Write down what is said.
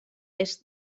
est